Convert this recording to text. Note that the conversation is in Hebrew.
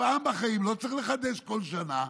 פעם בחיים, לא צריך לחדש כל שנה.